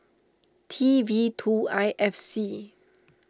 T V two I F C